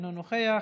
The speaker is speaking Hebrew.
אינו נוכח,